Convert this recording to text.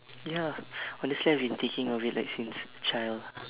ya honestly I've been thinking of it like since child